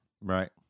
Right